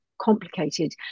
complicated